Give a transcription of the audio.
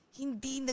hindi